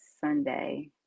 Sunday